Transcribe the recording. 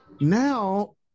Now